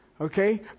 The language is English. Okay